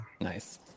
nice